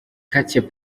katie